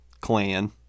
clan